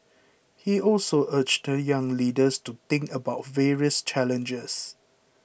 he also urged the young leaders to think about various challenges